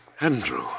Andrew